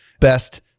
best